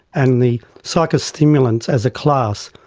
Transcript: and the psychostimulants as a class,